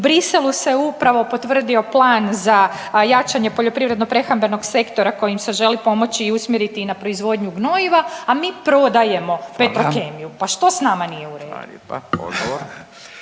U Bruxellesu se upravo potvrdio plan za jačanje poljoprivrednog prehrambenog sektora kojim se želi pomoći i usmjeriti i na proizvodnju gnojiva, a mi prodajemo Petrokemiju. …/Upadica: Hvala./… Pa što s nama nije u redu?